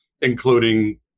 including